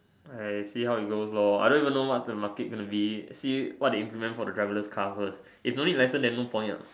I see how it goes lor I don't even know what's the market going to be see what it implements for the driverless cars first if no need license then no point uh